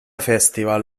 festival